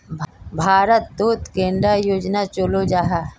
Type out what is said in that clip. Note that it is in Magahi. भारत तोत कैडा योजना चलो जाहा?